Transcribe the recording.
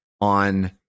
on